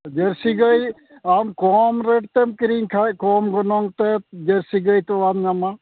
ᱡᱟᱹᱨᱥᱤ ᱜᱟᱹᱭ ᱟᱢ ᱠᱚᱢ ᱨᱮᱴ ᱛᱮᱢ ᱠᱤᱨᱤᱧ ᱠᱷᱟᱡ ᱠᱚᱢ ᱜᱚᱱᱚᱝ ᱛᱮ ᱡᱟᱹᱨᱥᱤ ᱜᱟᱹᱭ ᱛᱳᱣᱟᱢ ᱧᱟᱢᱟ